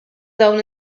dawn